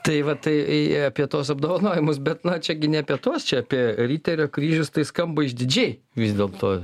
tai va tai apie tuos apdovanojimus bet na čia gi ne apie tuos čia apie riterio kryžius tai skamba išdidžiai vis dėlto